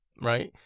right